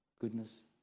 Goodness